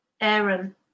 Aaron